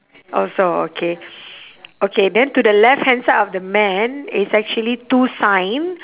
also okay okay then to the left hand side of the man it's actually two sign